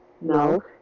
No